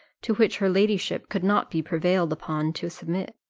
to which her ladyship could not be prevailed upon to submit.